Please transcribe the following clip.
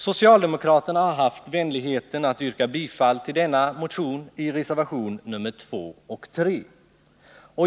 Socialdemokraterna har haft vänligheten att yrka bifall till denna motion i reservationerna 2 och 3.